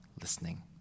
listening